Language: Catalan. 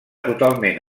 totalment